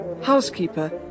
Housekeeper